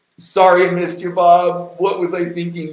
sorry, i missed you, bob! what was i thinking!